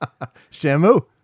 Shamu